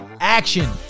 action